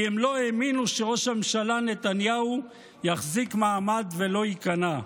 כי הם לא האמינו שראש הממשלה נתניהו יחזיק מעמד ולא ייכנע.